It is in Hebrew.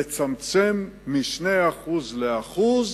לצמצם מ-2% ל-1%,